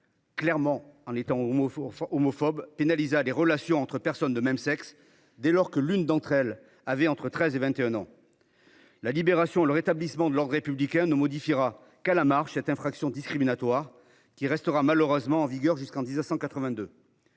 et ouvertement homophobe, pénalisa les relations entre personnes de même sexe dès lors que l’une d’entre elles avait entre 13 et 21 ans. À la Libération, le rétablissement de l’ordre républicain ne modifia qu’à la marge cette disposition pénale discriminatoire qui resta malheureusement en vigueur jusqu’en 1982.